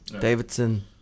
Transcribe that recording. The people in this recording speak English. Davidson